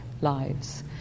lives